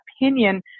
opinion